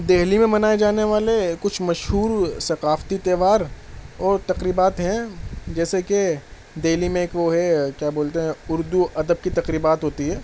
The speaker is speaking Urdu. دہلی میں منائے جانے والے کچھ مشہور ثقافتی تہوار اور تقریبات ہیں جیسے کہ دہلی میں ایک وہ ہے کیا بولتے ہیں اردو ادب کی تقریبات ہوتی ہے